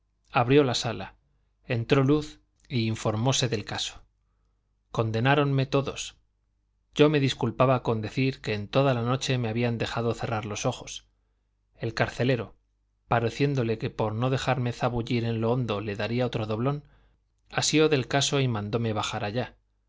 abrió la sala entró luz y informóse del caso condenáronme todos yo me disculpaba con decir que en toda la noche me habían dejado cerrar los ojos el carcelero pareciéndole que por no dejarme zabullir en lo hondo le daría otro doblón asió del caso y mandóme bajar allá